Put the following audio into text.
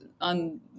on